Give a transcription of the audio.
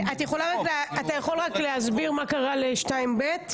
אתה יכול להסביר מה קרה ל-2(ב)?